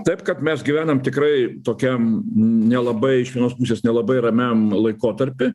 taip kad mes gyvenam tikrai tokiam nelabai iš vienos pusės nelabai ramiam laikotarpy